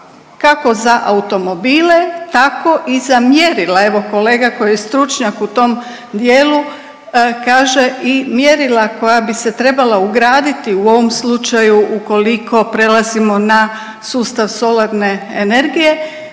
kako za automobile tako i za mjerila. Evo kolega koji je stručnjak u tom dijelu kaže i mjerila koja bi se trebala ugraditi u ovom slučaju ukoliko prelazimo na sustav solarne energije